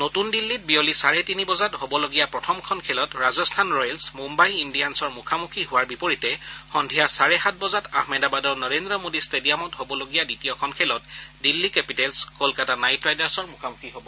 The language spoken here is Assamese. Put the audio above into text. নতন দিল্লীত বিয়লি চাৰে তিনি বজাত হ'বলগীয়া প্ৰথমখন খেলত ৰাজস্থান ৰয়েলছ মুয়াই ইণ্ডিয়ানছৰ মুখামুখি হোৱাৰ বিপৰীতে সন্ধিয়া চাৰে সাত বজাত আহমেদাবাদৰ নৰেন্দ্ৰ মোদী ট্টেডিয়ামত হবলগীয়া দ্বিতীয়খন খেলত দিল্লী কেপিটেলছ কলকাতা নাইট ৰাইডৰ্ছৰ সন্মুখীন হব